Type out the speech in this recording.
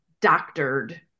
doctored